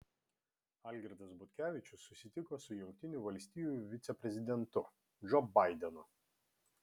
algirdas butkevičius susitiko su jungtinių valstijų viceprezidentu džo baidenu